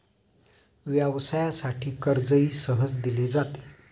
व्यवसायासाठी कर्जही सहज दिले जाते